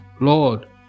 Lord